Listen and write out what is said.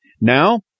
Now